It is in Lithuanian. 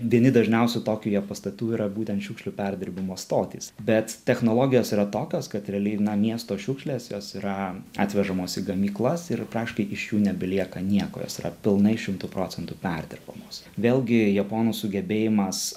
vieni dažniausių tokijuje pastatų yra būtent šiukšlių perdirbimo stotys bet technologijos yra tokios kad realiai na miesto šiukšlės jos yra atvežamos į gamyklas ir praškai iš jų nebelieka nieko jos yra pilnai šimtu procentų perdirbamos vėlgi japonų sugebėjimas